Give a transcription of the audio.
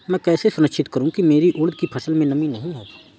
मैं कैसे सुनिश्चित करूँ की मेरी उड़द की फसल में नमी नहीं है?